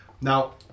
Now